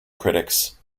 critics